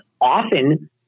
often